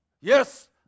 Yes